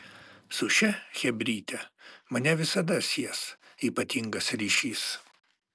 su šia chebryte mane visada sies ypatingas ryšys